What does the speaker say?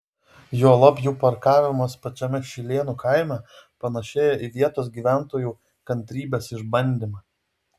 juolab jų parkavimas pačiame šilėnų kaime panašėja į vietos gyventojų kantrybės išbandymą